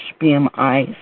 BMI